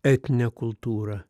etninę kultūrą